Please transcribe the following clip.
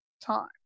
time